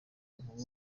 inkumi